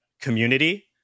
community